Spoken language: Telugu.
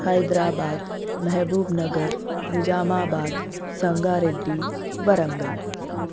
హైదరాబాదు మహబూబ్నగర్ నిజామాబాదు సంగారెడ్డి వరంగల్